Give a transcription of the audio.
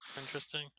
interesting